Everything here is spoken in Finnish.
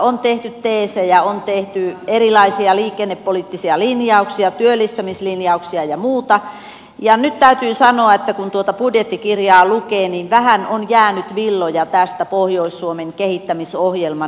on tehty teesejä on tehty erilaisia liikennepoliittisia linjauksia työllistämislinjauksia ja muuta ja nyt täytyy sanoa että kun tuota budjettikirjaa lukee niin vähän on jäänyt villoja tästä pohjois suomen kehittämisohjelman dokumentoinnista